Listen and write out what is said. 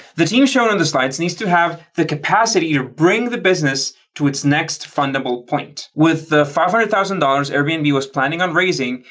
the team shown on the slides needs to have the capacity to bring the business to its next fundable point. with the five hundred thousand dollars airbnb was planning on raising,